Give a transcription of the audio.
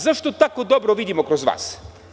Zašto tako dobro vidimo kroz vas?